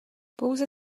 pouze